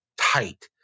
tight